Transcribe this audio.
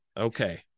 Okay